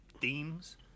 themes